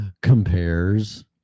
compares